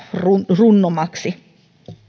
runnomaksi